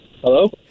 Hello